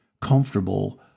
comfortable